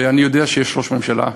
ואני יודע שיש ראש ממשלה.